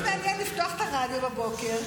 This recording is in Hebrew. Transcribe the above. זה תמיד מעניין לפתוח את הרדיו בבוקר,